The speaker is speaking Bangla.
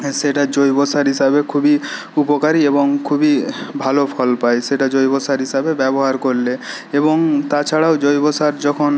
সেটা জৈবসার হিসাবে খুবই উপকারি এবং খুবই ভালো ফল পায় সেটা জৈবসার হিসাবে ব্যবহার করলে এবং তাছাড়াও জৈব সার যখন